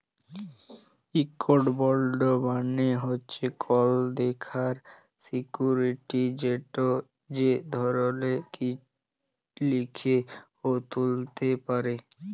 ইকট বল্ড মালে হছে কল দেলার সিক্যুরিটি যেট যে ধার লিছে উ তুলতে পারে